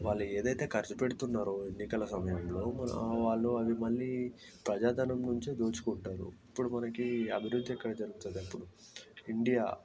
వాళ్ళు ఏదైతే ఖర్చు పెడుతున్నారో ఎన్నికల సమయంలో వాళ్ళు అవి మళ్ళీ ప్రజా ధనం నుంచే దోచుకుంటారు ఇప్పుడు మనకి ఈ అభివృద్ధి ఎక్కడ జరుగుతుంది అప్పుడు ఇండియా